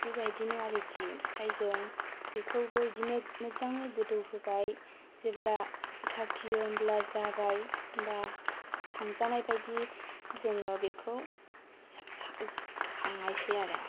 बेबायदिनो आरोखि आमफ्राय जों बेखौबो बिदिनो मोजाङै गोदौ होबाय जेब्ला साखियो होमब्ला जाबाय होमबा खांजानायबायदि जोङो बेखौ सा सा खांनायसै आरो